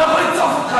אני לא יכול לצעוק עליך.